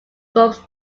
cubs